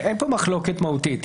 אין כאן מחלוקת מהותית.